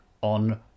on